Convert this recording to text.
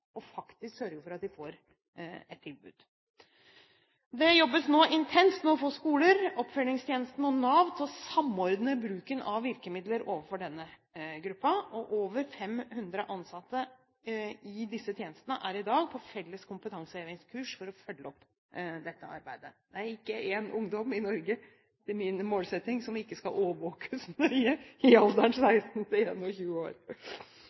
og faktisk sørge for at de får et tilbud. Det jobbes nå intenst med å få skoler, oppfølgingstjenesten og Nav til å samordne bruken av virkemidler overfor denne gruppen. Over 500 ansatte i disse tjenestene er i dag på felles kompetansehevingskurs for å følge opp dette arbeidet. Det er ikke én ungdom i alderen 16–21 år i Norge som etter min målsetting ikke skal overvåkes nøye! I